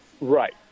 Right